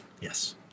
Yes